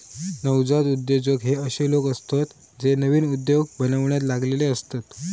नवजात उद्योजक हे अशे लोक असतत जे नवीन उद्योग बनवण्यात लागलेले असतत